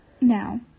Now